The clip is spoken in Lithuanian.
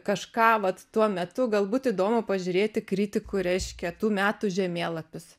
kažką vat tuo metu galbūt įdomu pažiūrėti kritikų reiškia tų metų žemėlapius